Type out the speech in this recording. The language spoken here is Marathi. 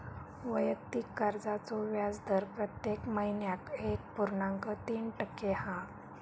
वैयक्तिक कर्जाचो व्याजदर प्रत्येक महिन्याक एक पुर्णांक तीन टक्के हा